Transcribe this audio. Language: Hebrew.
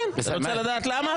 כן, אתה רוצה לדעת למה?